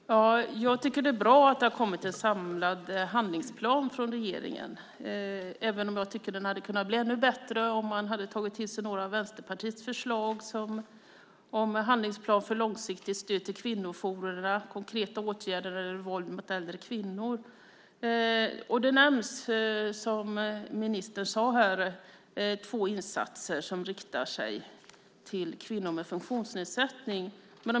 Fru talman! Jag tycker att det är bra att det har kommit en samlad handlingsplan från regeringen, även om jag tycker att den hade kunnat bli ännu bättre om man hade tagit till sig några av Vänsterpartiets förslag, till exempel om en handlingsplan för långsiktigt stöd till kvinnojourerna och konkreta åtgärder mot våld mot äldre kvinnor. Det nämns, som ministern sade, två insatser som riktar sig till kvinnor med funktionsnedsättning.